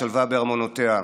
שלווה בארמונותיה?